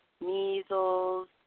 measles